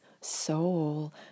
soul